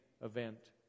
event